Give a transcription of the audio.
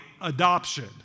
adoption